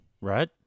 Right